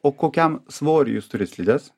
o kokiam svoriui jūs turit slides